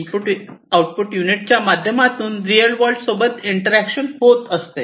input output युनिटच्या माध्यमातून real world सोबत इंटरॅक्शन होत असते